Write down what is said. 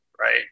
right